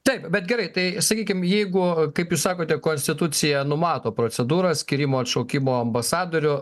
taip bet gerai tai sakykim jeigu kaip jūs sakote konstitucija numato procedūrą skyrimo atšaukimo ambasadorių